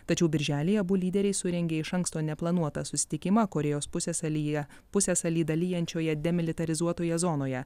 tačiau birželį abu lyderiai surengė iš anksto neplanuotą susitikimą korėjos pusiasalyje pusiasalį dalijančioje demilitarizuotoje zonoje